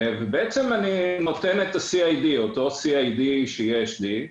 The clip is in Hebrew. בעצם אני נותן את אותו CID שיש לי,